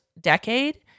decade